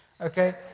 Okay